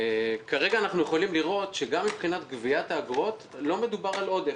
כרגע אנחנו יכולים לראות שגם מבחינת גביית האגרות לא מדובר על עודף.